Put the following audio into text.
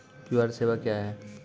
QR सेवा क्या हैं?